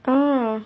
oh